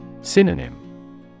Synonym